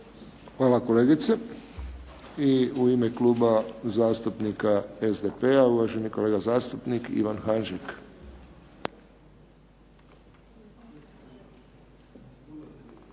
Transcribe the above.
Hvala kolegice. I u ime kluba zastupnika SDP-a uvaženi kolega zastupnik Ivan Hanžek.